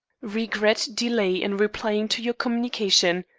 regret delay in replying to your communication.